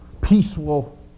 peaceful